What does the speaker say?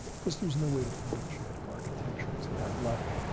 because there was no way to predict genetic architecture to that level.